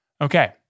Okay